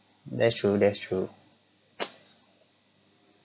that's true that's true